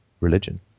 religion